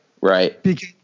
Right